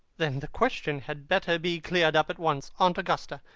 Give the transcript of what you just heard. then the question had better be cleared up at once. aunt augusta,